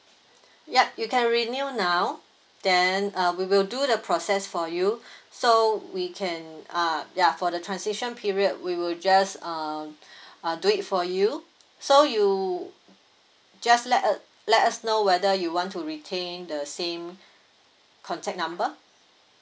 yup you can renew now then uh we will do the process for you so we can uh ya for the transition period we will just uh uh do it for you so you just let us let us know whether you want to retain the same contact number